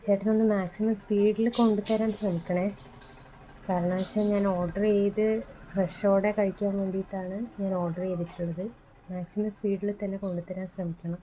ചേട്ടന് ഒന്ന് മാക്സിമം സ്പീഡിൽ കൊണ്ടുതരാൻ ശ്രമിക്കണേ കാരണം എന്ന് വെച്ചാൽ ഞാൻ ഓര്ഡർ ചെയ്ത് ഫ്രഷോടെ കഴിക്കാന് വേണ്ടിയിട്ട് ആണ് ഞാന് ഓര്ഡര് ചെയ്തിട്ടുള്ളത് മാക്സിമം സ്പീഡിൽ തന്നെ കൊണ്ടുതരാൻ ശ്രമിക്കണം